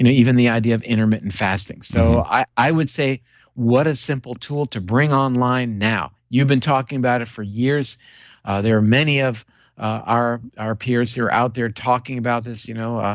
you know even the idea of intermittent fasting. so i i would say what a simple tool to bring online now. you've been talking about it for years there are many of our our peers who are out talking about this. you know ah